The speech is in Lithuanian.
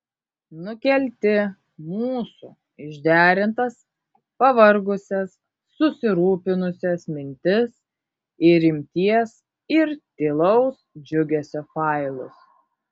nukelti mūsų išderintas pavargusias susirūpinusias mintis į rimties ir tylaus džiugesio failus